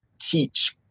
teach